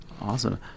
awesome